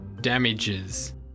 damages